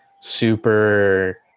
super